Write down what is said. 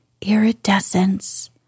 iridescence